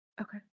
Okay